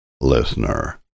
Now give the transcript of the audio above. Listener